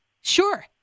Sure